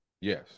yes